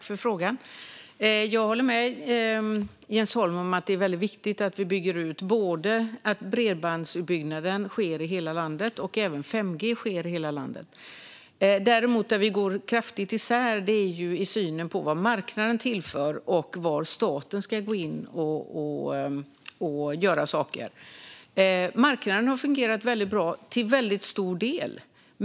Fru talman! Jag håller med Jens Holm om att det är väldigt viktigt att vi bygger ut och att bredbandsutbyggnaden och även 5G-utbyggnaden sker i hela landet. Vi går däremot kraftigt isär i synen på vad marknaden tillför och var staten ska gå in och göra saker. Marknaden har fungerat väldigt bra till väldigt stor del.